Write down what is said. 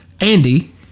Andy